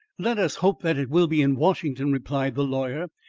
let us hope that it will be in washington, replied the lawyer,